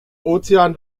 ozean